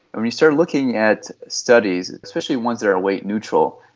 when you start looking at studies, and especially ones that are weight neutral,